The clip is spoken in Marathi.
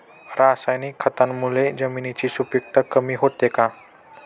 रासायनिक खतांमुळे जमिनीची सुपिकता कमी होते का?